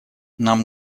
нам